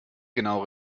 genau